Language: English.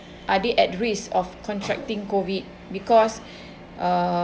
are they at risk of contracting COVID because uh